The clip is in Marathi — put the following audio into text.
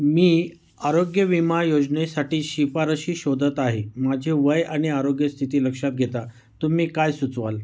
मी आरोग्य विमा योजनेसाठी शिफारशी शोधत आहे माझे वय आणि आरोग्यस्थिती लक्षात घेता तुम्ही काय सुचवाल